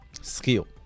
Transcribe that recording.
Skill